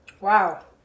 Wow